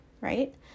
right